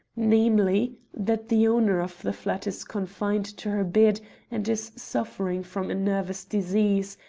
namely, that the owner of the flat is confined to her bed and is suffering from a nervous disease,